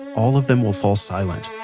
all of them will fall silent